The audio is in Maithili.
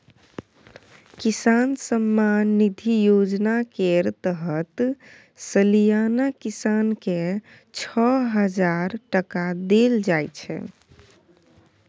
किसान सम्मान निधि योजना केर तहत सलियाना किसान केँ छअ हजार टका देल जाइ छै